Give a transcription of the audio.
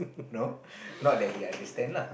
know not that he understand lah